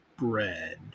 bread